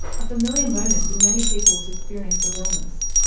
a familiar moment in many people's experience of illness.